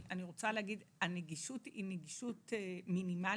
אני רוצה להגיד: הנגישות היא נגישות מינימלית.